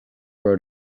road